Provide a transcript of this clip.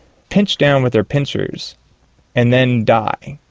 pinch down with their pinchers and then die.